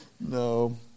No